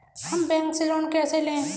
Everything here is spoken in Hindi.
हम बैंक से लोन कैसे लें?